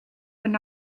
would